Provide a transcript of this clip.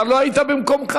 אתה לא היית במקומך,